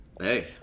Hey